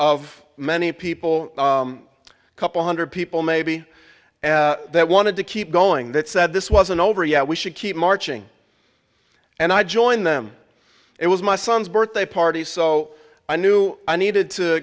of many people a couple hundred people maybe that wanted to keep going that said this wasn't over yet we should keep marching and i join them it was my son's birthday party so i knew i needed to